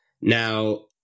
Now